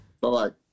Bye-bye